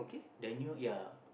the new ya